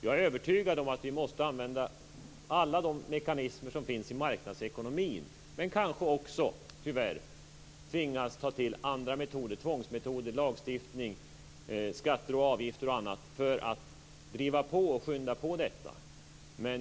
Jag är övertygad om att vi måste använda alla de mekanismer som finns i marknadsekonomin, men vi tvingas kanske också tyvärr att ta till tvångsmetoder, lagstiftning, skatter, avgifter och annat för att driva på och snabba upp detta.